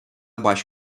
baş